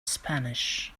spanish